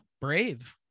brave